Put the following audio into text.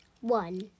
One